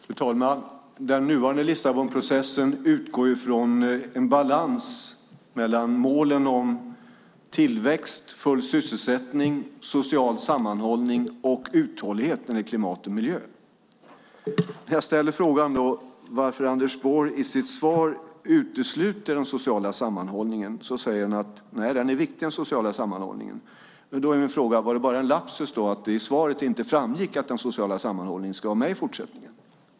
Fru talman! Den nuvarande Lissabonprocessen utgår från en balans mellan målen om tillväxt, full sysselsättning, social sammanhållning och uthållighet när det gäller klimat och miljö. När jag då ställer frågan varför Anders Borg i sitt svar utesluter den sociala sammanhållningen säger han att den sociala sammanhållningen är viktig. Då är min fråga: Var det bara en lapsus att det i svaret inte framgick att den sociala sammanhållningen ska vara med i fortsättningen?